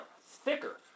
thicker